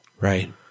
Right